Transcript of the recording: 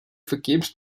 vergebens